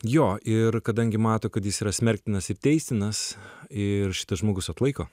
jo ir kadangi mato kad jis yra smerktinas ir teisinas ir šitas žmogus atlaiko